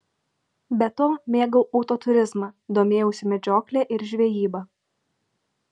be to mėgau autoturizmą domėjausi medžiokle ir žvejyba